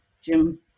Jim